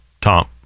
Tom